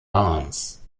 barnes